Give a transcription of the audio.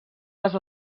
les